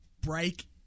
break